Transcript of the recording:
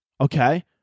Okay